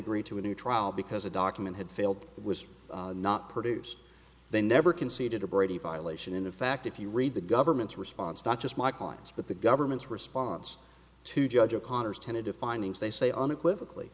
agree to a new trial because a document had failed it was not produced they never conceded a brady violation in fact if you read the government's response not just my client's but the government's response to judge o'connor's tentative findings they say unequivocally